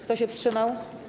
Kto się wstrzymał?